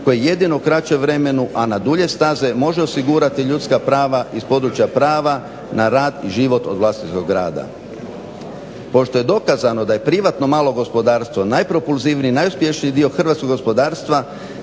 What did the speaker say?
koje jedino u kraćem vremenu, a na dulje staze može osigurati ljudska prava iz područja prava na rad i život od vlastitog rada. Pošto je dokazano da je privatno malo gospodarstvo najpropulzivniji i najuspješniji dio hrvatskog gospodarstva